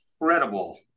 incredible